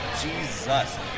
Jesus